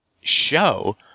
show